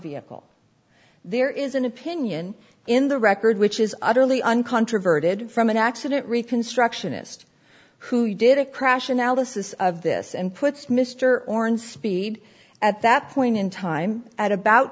vehicle there is an opinion in the record which is utterly uncontroverted from an accident reconstructionist who did a crash analysis of this and puts mr horn speed at that point in time at about